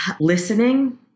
listening